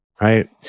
right